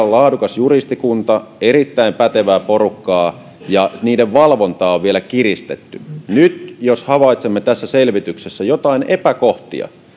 on laadukas juristikunta erittäin pätevää porukkaa ja heidän valvontaansa on vielä kiristetty jos nyt havaitsemme tässä selvityksessä jotain epäkohtia niin